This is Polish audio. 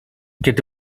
kiedy